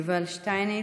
יובל שטייניץ,